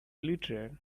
littered